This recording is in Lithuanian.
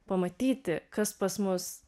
pamatyti kas pas mus